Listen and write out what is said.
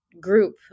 group